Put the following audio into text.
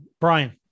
Brian